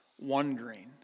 wondering